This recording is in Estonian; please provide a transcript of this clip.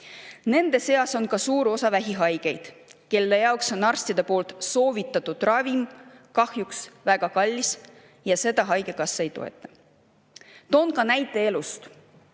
Nende seas on ka suur osa vähihaigeid, kelle jaoks on arstide soovitatud ravim kahjuks väga kallis ja seda haigekassa ei toeta. Toon ka näite elust.